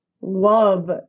love